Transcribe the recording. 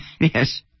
Yes